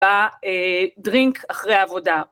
‫בדרינק אחרי עבודה.